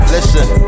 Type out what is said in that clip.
Listen